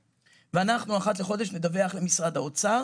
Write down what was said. ואחת לחודש אנחנו נדווח למשרד האוצר